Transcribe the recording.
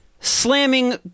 slamming